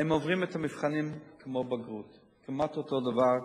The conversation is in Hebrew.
הם עוברים את המבחנים כמו בגרות, כמעט אותו הדבר.